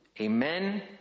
Amen